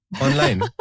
online